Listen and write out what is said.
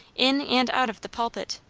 in and out of the pulpit.